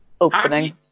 opening